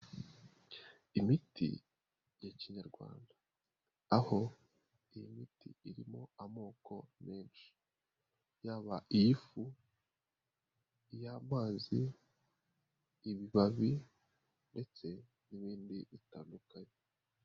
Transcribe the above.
Imiti ya kinyarwanda, aho iyi miti irimo amoko menshi: yaba iy'ifu, iy'amazi, ibibabi ndetse n'ibindi bitandukanye.